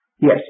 yes